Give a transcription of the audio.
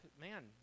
man